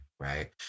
right